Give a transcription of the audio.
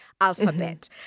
alphabet